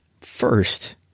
First